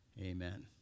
amen